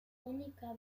única